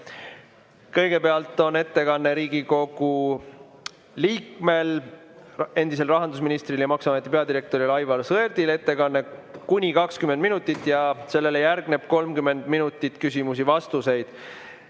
Kõigepealt on ettekanne Riigikogu liikmel, endisel rahandusministril ja maksuameti peadirektoril Aivar Sõerdil. Ettekanne on kuni 20 minutit ja sellele järgneb 30 minutit küsimusteks